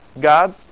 God